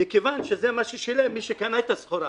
מכיוון שזה מה ששילם מי שקנה את הסחורה,